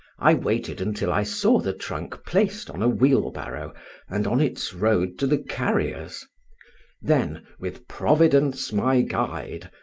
i waited until i saw the trunk placed on a wheelbarrow and on its road to the carrier's then, with providence my guide,